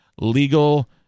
legal